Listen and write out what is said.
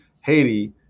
Haiti